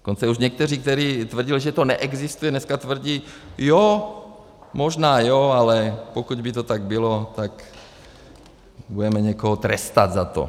Dokonce už někteří, kteří tvrdili, že to neexistuje, dneska tvrdí jo, možná jo, ale pokud by to tak bylo, tak budeme někoho trestat za to.